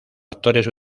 actores